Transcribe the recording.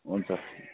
हुन्छ